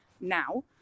now